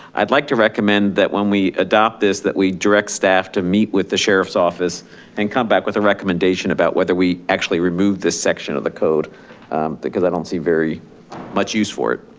i'd like to recommend that when we adopt this that we direct staff to meet with the sheriff's office and come back with a recommendation about whether we actually remove this section of the code because i don't see very much use for it.